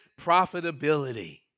profitability